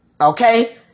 okay